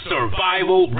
Survival